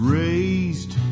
raised